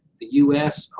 the u s,